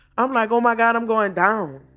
i'm like, oh my god. i'm going down.